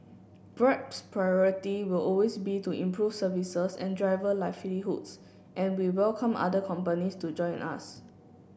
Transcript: grab's priority will always be to improve services and driver livelihoods and we welcome other companies to join us